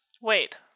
Wait